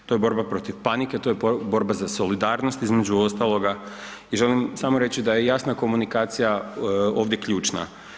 To je borba protiv panike, to je borba za solidarnost između ostaloga i želim samo reći da je jasna komunikacija ovdje ključna.